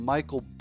Michael